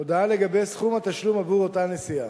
הודעה לגבי סכום התשלום עבור אותה נסיעה?